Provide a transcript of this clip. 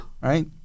Right